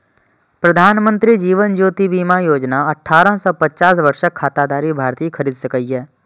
प्रधानमंत्री जीवन ज्योति बीमा योजना अठारह सं पचास वर्षक खाताधारी भारतीय खरीद सकैए